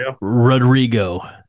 Rodrigo